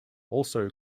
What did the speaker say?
also